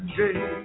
day